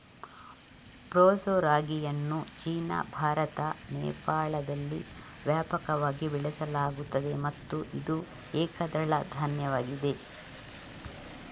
proso ರಾಗಿಯನ್ನು China, Bharat, ನೇಪಾಳದಲ್ಲಿ ವ್ಯಾಪಕವಾಗಿ ಬೆಳೆಸಲಾಗುತ್ತದೆ ಮತ್ತು ಇದು ಏಕದಳ ಧಾನ್ಯವಾಗಿದೆ